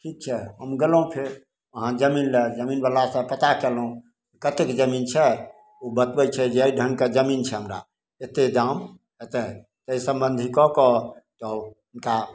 ठीक छै हम गेलहुँ फेर अहाँ जमीन लए जमीनवला सँ पता कयलहुँ कतेक जमीन छै ओ बतबय छै जे अइ ढङ्गके जमीन छै हमरा एते दाम हेतय तै सम्बन्धी कऽ कऽ हुनका